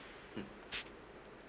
mm